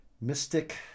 Mystic